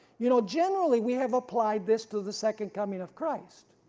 you know generally we have applied this to the second coming of christ,